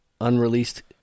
Unreleased